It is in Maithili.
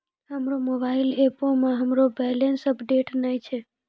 हमरो मोबाइल एपो मे हमरो बैलेंस अपडेट नै छै